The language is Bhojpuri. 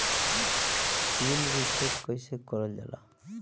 पीन रीसेट कईसे करल जाला?